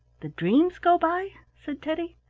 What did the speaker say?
the dreams go by! said teddy.